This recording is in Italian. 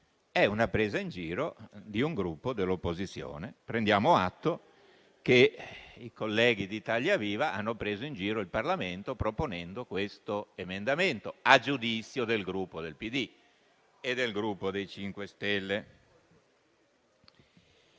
è una presa in giro di un gruppo dell'opposizione. Prendiamo atto che i colleghi di Italia Viva hanno preso in giro il Parlamento proponendo questo emendamento, a giudizio del Gruppo PD e del Gruppo MoVimento 5 Stelle.